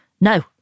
No